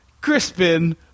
Crispin